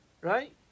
Right